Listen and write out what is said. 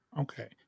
Okay